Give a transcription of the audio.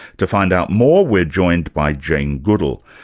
to find out more, we're joined by jane goodall,